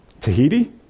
Tahiti